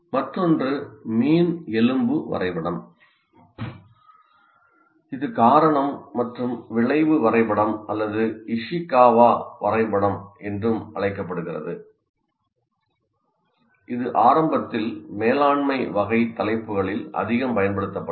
மற்றொன்று மீன் எலும்பு வரைபடம் இது காரணம் மற்றும் விளைவு வரைபடம் அல்லது இஷிகாவா வரைபடம் என்றும் அழைக்கப்படுகிறது இது ஆரம்பத்தில் மேலாண்மை வகை தலைப்புகளில் அதிகம் பயன்படுத்தப்பட்டது